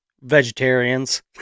Vegetarians